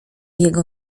jego